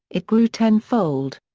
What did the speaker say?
it grew ten fold.